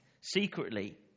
secretly